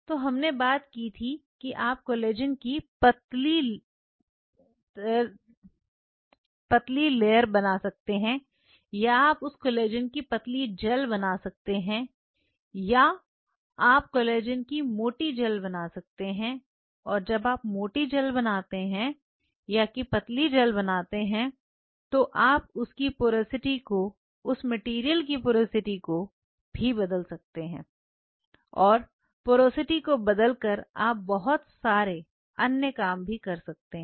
तो हमने बात की थी कि आप कोलेजन की पतली बना सकते हैं या आप उस कोलेजन की पतली जेल बना सकते हैं या आप कोलेजन की मोटी जेल बना सकते हैं और जब आप मोटी जेल बनाते हैं या की पतली जेल बनाते हैं तो आप उसकी पोरोसिटी को उस मटेरियल की पोरोसिटी को भी बदल सकते हैं और पोरोसिटी को बदलकर आप बहुत सारे अन्य काम भी कर सकते हैं